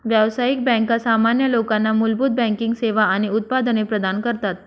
व्यावसायिक बँका सामान्य लोकांना मूलभूत बँकिंग सेवा आणि उत्पादने प्रदान करतात